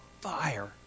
fire